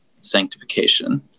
sanctification